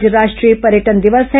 आज राष्ट्रीय पर्यटन दिवस है